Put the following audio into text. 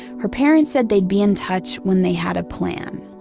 her parents said they'd be in touch when they had a plan.